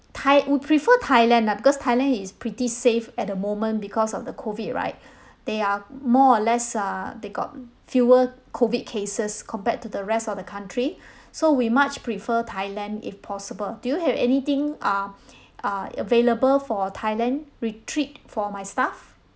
thai we prefer thailand lah because thailand is pretty safe at the moment because of the COVID right they are more or less err they got fewer COVID cases compared to the rest of the country so we much prefer thailand if possible do you have anything um uh available for thailand retreat for my staff